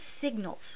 signals